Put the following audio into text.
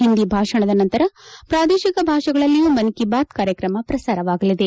ಹಿಂದಿ ಭಾಷಣದ ನಂತರ ಪ್ರಾದೇಶಿಕ ಭಾಷೆಗಳಲ್ಲಿಯೂ ಮನ್ ಕಿ ಬಾತ್ ಕಾರ್ಯಕ್ರಮ ಪ್ರಸಾರವಾಗಲಿದೆ